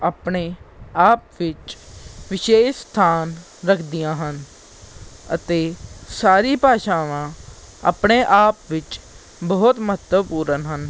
ਆਪਣੇ ਆਪ ਵਿੱਚ ਵਿਸ਼ੇਸ਼ ਸਥਾਨ ਰੱਖਦੀਆਂ ਹਨ ਅਤੇ ਸਾਰੀ ਭਾਸ਼ਾਵਾਂ ਆਪਣੇ ਆਪ ਵਿੱਚ ਬਹੁਤ ਮਹੱਤਵਪੂਰਨ ਹਨ